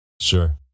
sure